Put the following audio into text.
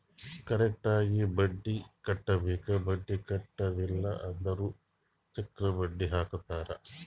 correct ಆಗಿ ಬಡ್ಡಿ ಕಟ್ಟಬೇಕ್ ಬಡ್ಡಿ ಕಟ್ಟಿಲ್ಲ ಅಂದುರ್ ಚಕ್ರ ಬಡ್ಡಿ ಹಾಕ್ತಾರ್